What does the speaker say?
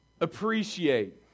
appreciate